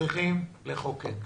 צריכים לחוקק,